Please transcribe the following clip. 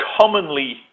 commonly